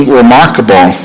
remarkable